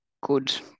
good